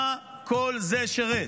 את מה כל זה שירת?